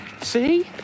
See